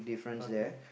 okay